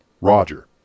Roger